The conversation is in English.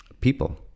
people